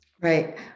Right